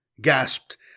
gasped